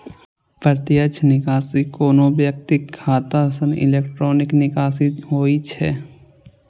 प्रत्यक्ष निकासी कोनो व्यक्तिक खाता सं इलेक्ट्रॉनिक निकासी होइ छै